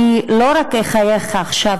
אני לא אחייך רק עכשיו,